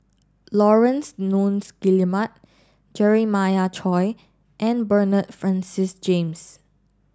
Laurence Nunns Guillemard Jeremiah Choy and Bernard Francis James